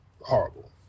horrible